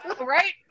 Right